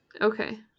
Okay